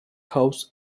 house